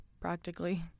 practically